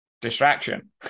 distraction